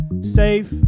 safe